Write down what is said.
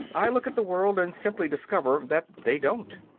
i look at the world and simply discover that they don't.